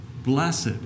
Blessed